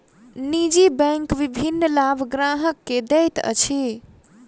निजी बैंक विभिन्न लाभ ग्राहक के दैत अछि